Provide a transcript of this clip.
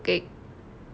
like cooking